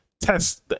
test